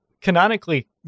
canonically